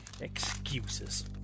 Excuses